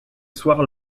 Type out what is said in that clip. soirs